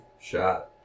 Shot